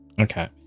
Okay